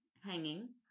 hanging